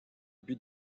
but